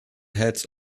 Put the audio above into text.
heads